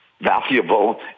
valuable